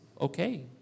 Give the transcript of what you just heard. okay